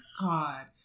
god